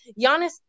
Giannis